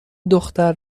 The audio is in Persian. دختر